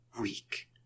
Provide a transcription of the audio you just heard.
weak